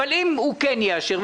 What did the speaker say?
אבל אם הוא כן יאשר,